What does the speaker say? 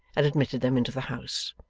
and admitted them into the house.